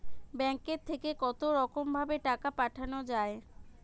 ব্যাঙ্কের থেকে কতরকম ভাবে টাকা পাঠানো য়ায়?